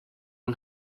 yng